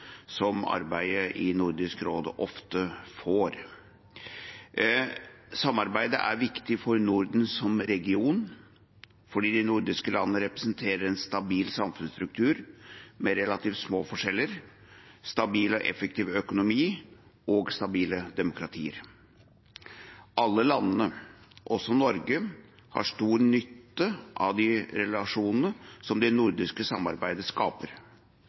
som arbeidet i Nordisk råd ofte får. Samarbeidet er viktig for Norden som region fordi de nordiske landene representerer en stabil samfunnsstruktur med relativt små forskjeller, stabil og effektiv økonomi og stabile demokratier. Alle landene, også Norge, har stor nytte av de relasjonene som det nordiske samarbeidet skaper.